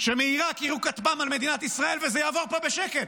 שמעיראק יירו כטב"ם על מדינת ישראל וזה יעבור פה בשקט.